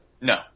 No